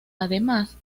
además